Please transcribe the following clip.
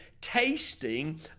tasting